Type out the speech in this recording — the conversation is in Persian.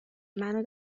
منو